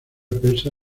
persa